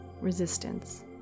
resistance